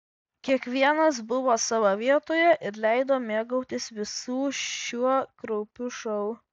kiekvienas buvo savo vietoje ir leido mėgautis visu šiuo kraupiu šou